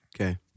Okay